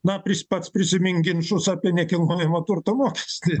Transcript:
na pris pats prisimink ginčus apie nekilnojamo turto mokestį